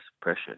pressure